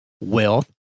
wealth